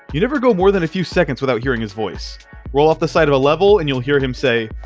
you never go more than a few seconds without hearing his voice roll off the side of a level and you'll hear him say